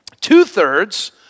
Two-thirds